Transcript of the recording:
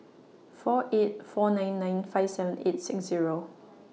four eight four nine nine five seven eight six Zero